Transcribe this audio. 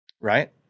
right